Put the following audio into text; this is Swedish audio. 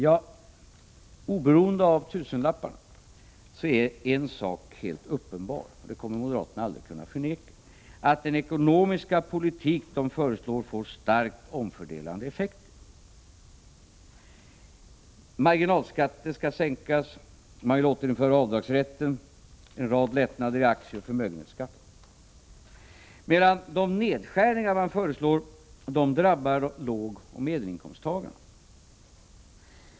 Ja, oberoende av tusenlapparna är en sak helt uppenbar, och det kommer moderaterna aldrig att kunna förneka. Den ekonomiska politik de föreslår får starkt omfördelande effekter. Marginalskatten skall sänkas, man vill återinföra avdragsrätten och en rad lättnader i aktieoch förmögenhetsbeskattningen. De nedskärningar man föreslår drabbar lågoch medelinkomsttagarna.